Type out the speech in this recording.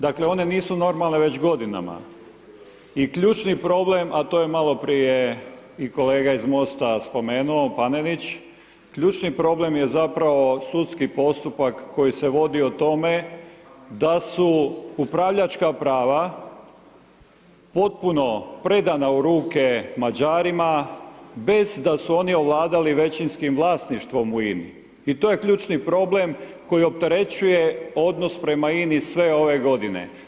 Dakle, one nisu normalne već godinama i ključni problem, a to je maloprije i kolega iz MOST-a spomenuo, Panenić, ključni problem je zapravo sudski postupak koji se vodi o tome da su upravljačka prava potpuno predana u ruke Mađarima bez da su oni ovladali većinskim vlasništvom u INA-i i to je ključni problem koji opterećuje odnos prema INA-i sve ove godine.